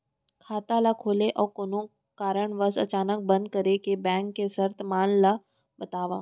खाता ला खोले अऊ कोनो कारनवश अचानक बंद करे के, बैंक के शर्त मन ला बतावव